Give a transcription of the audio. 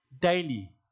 daily